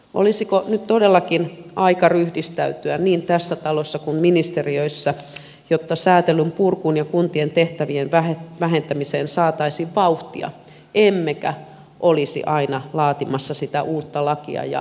olisiko nyt todellakin aika ryhdistäytyä niin tässä talossa kuin ministeriöissä jotta sääntelyn purkuun ja kuntien tehtävien vähentämiseen saataisiin vauhtia emmekä olisi aina laatimassa sitä uutta lakia ja huutamassa lisää rahaa